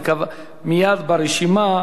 ברשימה